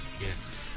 Yes